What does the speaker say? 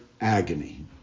agony